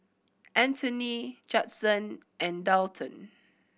Anthoney Judson and Daulton